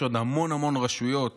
יש עוד המון המון רשויות